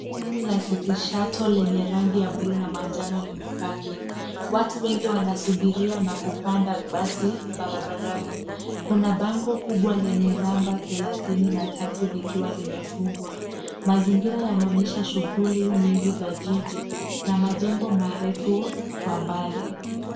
Basi la City Shuttle lenye rangi ya buluu na manjano limepaki. Watu wengi wanasubiria na kupanda basi barabarani. Kuna bango kubwa lenye namba 33 likiwa limefungwa. Mazingira yanaonyesha shughuli nyingi za jiji na majengo marefu kwa mbali.